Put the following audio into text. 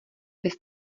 bys